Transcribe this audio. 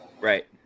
Right